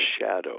shadow